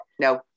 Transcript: No